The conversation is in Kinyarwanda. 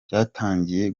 cyatangiye